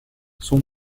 son